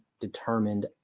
determined